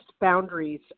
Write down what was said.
boundaries